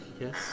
Yes